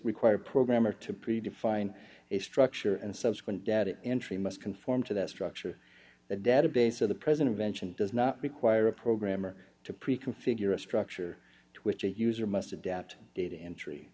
require programmer to pre define a structure and subsequent data entry must conform to that structure the database or the president mentioned does not require a programmer to preconfigured a structure which a user must adapt data entry